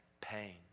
pain